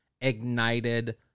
ignited